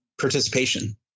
participation